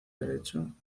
derecho